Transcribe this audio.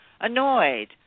annoyed